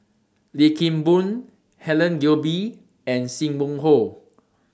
Lim Kim Boon Helen Gilbey and SIM Wong Hoo